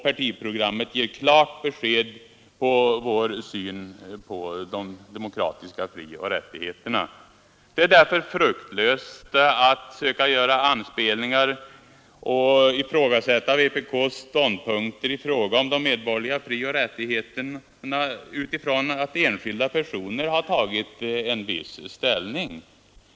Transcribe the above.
Partiprogrammet ger klart besked om vår syn på de demokratiska frioch rättigheterna. Det är därför fruktlöst att göra anspelningar och ifrågasätta vpk:s ståndpunkter i fråga om de medborgerliga frioch rättigheterna utifrån att enskilda personer har tagit en viss ställning.